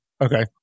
Okay